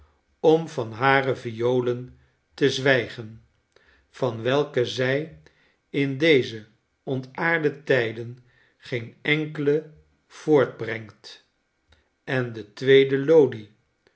om van hare violen te zwijgen van welke zij in deze ontaarde tijden geen enkele voortbrengt en de tweede